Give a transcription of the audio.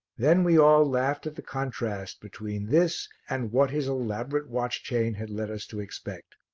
then we all laughed at the contrast between this and what his elaborate watch-chain had led us to expect.